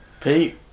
Pete